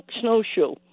snowshoe